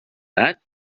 that